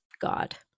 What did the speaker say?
God